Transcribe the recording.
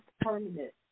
permanent